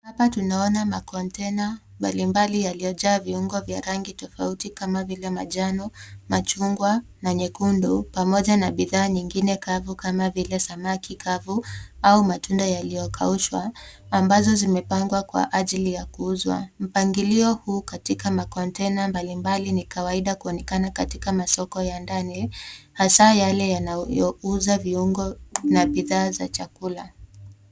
Hapa tunaona makontena mbalimbali yaliyojaa viungo vya rangi tofauti kama vile manjano, machungwa na nyekundu, pamoja na bidhaa nyingine kavu kama vile samaki kavu au matunda yaliyokaushwa, ambazo zimepangwa kwa ajili ya kuuzwa. Mpangilio huu katika makontena mbalimbali ni kawaida kuonekana katika masoko ya ndani, hasa yale yanayouza viungo na bidhaa za chakula.